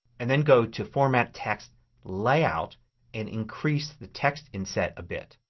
and then go to format, text layout and increase the text inset a bit.